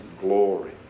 glory